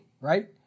Right